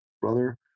brother